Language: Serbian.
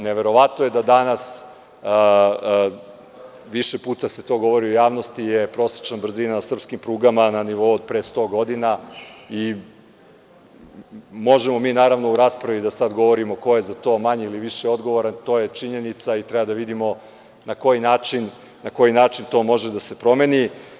Neverovatno je da je danas, više puta to se to govori u javnosti, prosečna brzina na srpskim prugama na nivou od pre 100 godina i možemo mi, naravno, u raspravi da sad govorimo ko je za to manje ili više odgovoran, to je činjenica i treba da vidimo na koji način to može da se promeni.